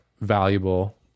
valuable